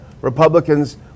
Republicans